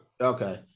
okay